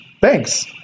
Thanks